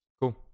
cool